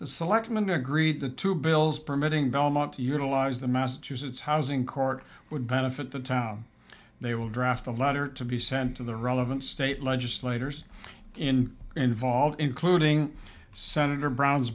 the selectmen agreed the two bills permitting belmont to utilize the massachusetts housing court would benefit the town they will draft a letter to be sent to the relevant state legislators in involved including senator brow